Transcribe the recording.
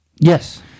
Yes